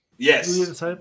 Yes